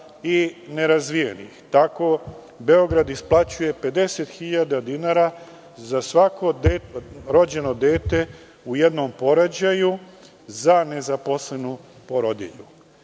i nerazvijenih. Beograd isplaćuje 50.000 za svako rođeno dete u jednom porođaju za nezaposlenu porodilju.